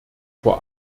vor